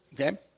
Okay